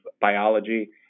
biology